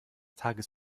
tages